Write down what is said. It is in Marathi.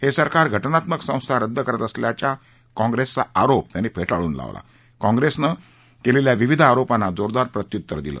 हे सरकार घटनात्मक संस्था रद्द करत असल्याचा काँग्रिसचा आरोप फेटाळून लावत त्यांनी काँग्रिसने केलेल्या विविध आरोपांना जोरदार प्रत्युत्तर दिलं